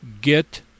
Get